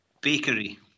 Bakery